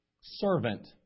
servant